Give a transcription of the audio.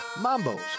Mambo's